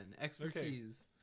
Expertise